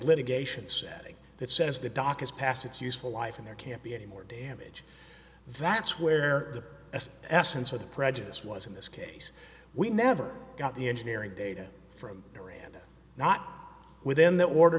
litigation setting that says the dock is past its useful life and there can't be any more damage that's where the essence of the prejudice was in this case we never got the engineering data from the random not within th